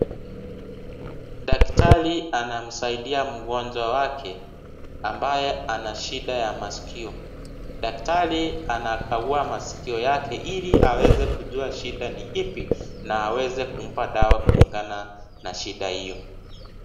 Daktari anamsaidia mgonjwa wake ambaye ana shida ya masikio. Daktari anakagua masikio yake Ili aweze kujua shida ni ipi na aweze kumpa dawa kulingana na shida hiyo.